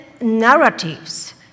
narratives